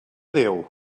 déu